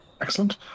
Excellent